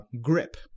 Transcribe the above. grip